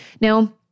Now